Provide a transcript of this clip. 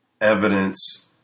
evidence